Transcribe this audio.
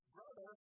Brother